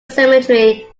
cemetery